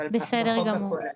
אבל בחוק הכולל.